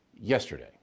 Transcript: yesterday